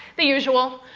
the usual,